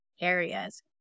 areas